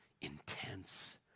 intense